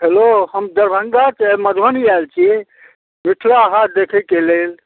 hello हम दरभङ्गासे मधुबनी आएल छी मिथिला हाट देखैके लेल